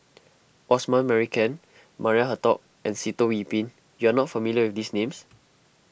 Osman Merican Maria Hertogh and Sitoh Yih Pin you are not familiar with these names